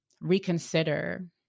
reconsider